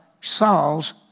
Saul's